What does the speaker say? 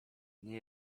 nie